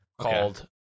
called